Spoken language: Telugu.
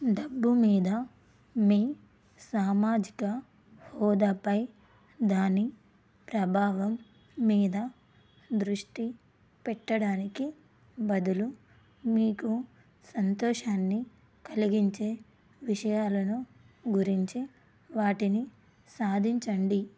డబ్బు మీద మీ సామాజిక హోదాపై దాని ప్రభావం మీద దృష్టి పెట్టడానికి బదులు మీకు సంతోషాన్ని కలిగించే విషయాలను గురించి వాటిని సాధించండి